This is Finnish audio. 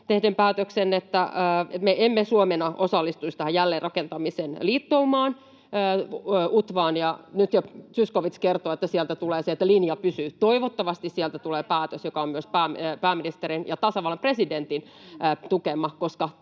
tehdyn päätöksen —, sen, että me emme Suomena osallistuisi tähän jälleenrakentamisen liittoumaan, UTVAan. Nyt jo Zyskowicz kertoi, että sieltä tulee se, että linja pysyy. Toivottavasti sieltä tulee päätös, joka on myös pääministerin ja tasavallan presidentin tukema,